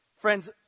Friends